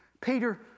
Peter